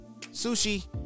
sushi